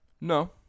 No